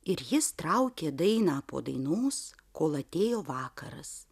ir jis traukė dainą po dainos kol atėjo vakaras